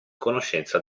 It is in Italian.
conoscenza